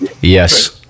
yes